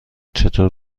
چطور